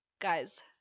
guys